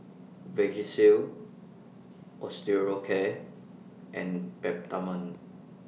Vagisil Osteocare and Peptamen